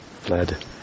fled